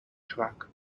track